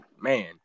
man